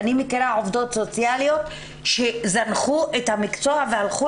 אני מכירה עובדות סוציאליות שזנחו את המקצוע והלכו